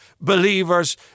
believers